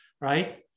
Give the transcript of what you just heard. right